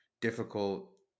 difficult